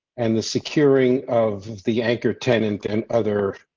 and the securing of the anchor tenant and other.